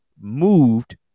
moved